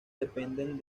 dependen